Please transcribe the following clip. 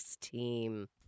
team